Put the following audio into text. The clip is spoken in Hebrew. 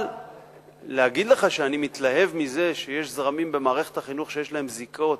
אבל להגיד לך שאני מתלהב מזה שיש זרמים במערכת החינוך שיש להם זיקות